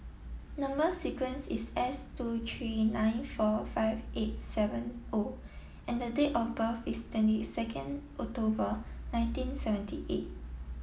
number sequence is S two three nine four five eight seven O and the date of birth is twenty second October nineteen seventy eight